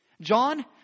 John